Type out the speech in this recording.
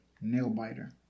Nail-biter